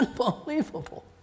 Unbelievable